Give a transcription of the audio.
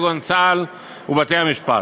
כגון צה"ל ובתי-המשפט.